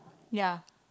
ya